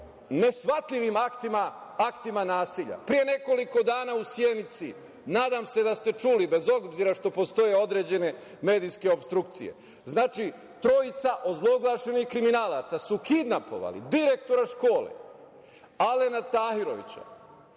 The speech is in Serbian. neshvatljivim aktima, aktima nasilja. Pre nekoliko dana u Sjenici, nadam se da ste čuli, bez obzira što postoje određene medijske opstrukcije, trojica ozloglašenih kriminalaca su kidnapovali direktora škole Alena Tahirovića